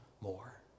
more